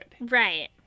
Right